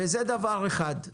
זה דבר אחד.